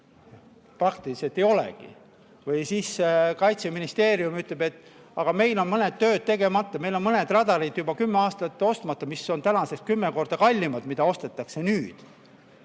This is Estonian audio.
Praktiliselt ei olegi. Või siis Kaitseministeerium ütleb, et aga meil on mõned tööd tegemata, meil on mõned radarid juba kümme aastat ostmata. Need on tänaseks juba kümme korda kallimad – need, mida ostetakse nüüd.